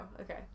Okay